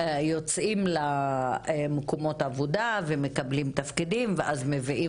יוצאים למקומות עבודה ומקבלים תפקידים ואז מביאים